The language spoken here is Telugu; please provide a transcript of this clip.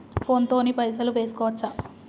ఫోన్ తోని పైసలు వేసుకోవచ్చా?